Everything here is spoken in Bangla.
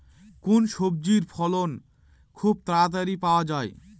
কোন সবজির ফলন খুব তাড়াতাড়ি পাওয়া যায়?